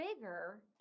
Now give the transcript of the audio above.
bigger